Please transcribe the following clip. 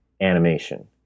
animation